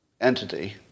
entity